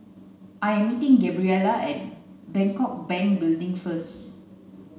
I am meeting Gabriella at Bangkok Bank Building first